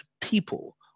people